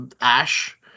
Ash